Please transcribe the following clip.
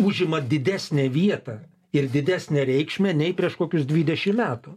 užima didesnę vietą ir didesnę reikšmę nei prieš kokius dvidešim metų